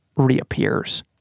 Reappears